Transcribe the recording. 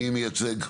מי מייצג?